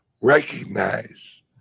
Recognize